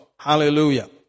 Hallelujah